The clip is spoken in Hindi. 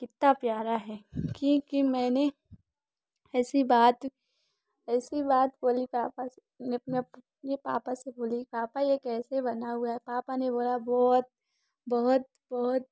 कितना प्यारा है ये कि मैंने ऐसी बात ऐसी बात बोली पापा से मैं अपने पापा से बोली पापा ये कैसे बना हुआ है पापा ने बोला बहुत बहुत बहुत